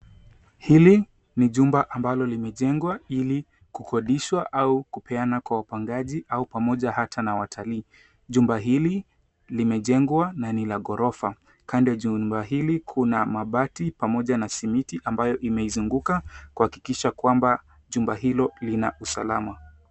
Hili ni jumba ambalo limejengwa ili kukodishwa au kupeana kwa wapangaji au pamoja hata na watalii. Jumba hili limejengwa na ni la ghorofa. Kando ya jumba hili kuna mabati pamoja na simiti, ambalo limeizunguka kuhakikisha kwamba jengo hili lina usalama.